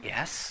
Yes